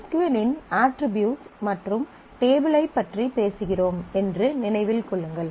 S Q L இன் attributes மற்றும் table ஐ பற்றி பேசுகிறோம் என்று நினைவில் கொள்ளுங்கள்